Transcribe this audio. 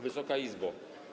Wysoka Izbo!